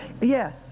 Yes